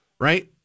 right